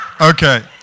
Okay